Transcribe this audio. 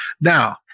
Now